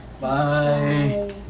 Bye